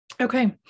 Okay